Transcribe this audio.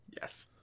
Yes